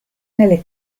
nelle